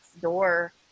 door